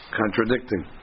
contradicting